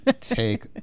Take